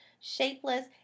shapeless